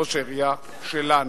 ראש העירייה שלנו.